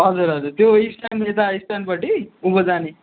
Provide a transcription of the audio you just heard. हजुर हजुर त्यो स्ट्यान्ड एता स्ट्यान्डपट्टि उँभो जाने